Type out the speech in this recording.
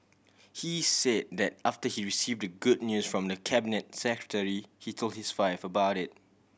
he said that after he receive the good news from the Cabinet Secretary he told his for about it